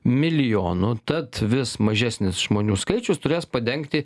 milijonų tad vis mažesnis žmonių skaičius turės padengti